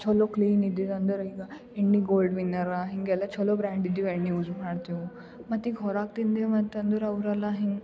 ಚೊಲೋ ಕ್ಲೀನ್ ಇದ್ದಿದು ಅಂದರೆ ಈಗ ಎಣ್ಣೆ ಗೋಲ್ಡ್ ವಿನ್ನರ ಹಿಂಗೆಲ್ಲಾ ಚೊಲೋ ಬ್ರ್ಯಾಂಡಿದು ಎಣ್ಣೆ ಯೂಸ್ ಮಾಡ್ತೀವಿ ಮತ್ತು ಈಗ ಹೊರಗೆ ತಿಂದೇವು ಅಂತಂದ್ರೆ ಅವ್ರೆಲ್ಲಾ ಹಿಂಗೆ